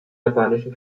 japanischen